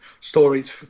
stories